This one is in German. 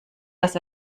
dass